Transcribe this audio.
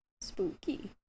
Spooky